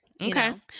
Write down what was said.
okay